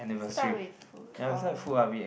start with fo~ oh